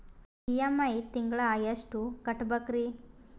EMI ತಿಂಗಳ ಎಷ್ಟು ಕಟ್ಬಕ್ರೀ?